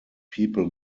people